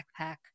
backpack